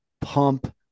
pump